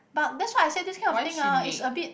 but that's why I say this kind of thing ah is a bit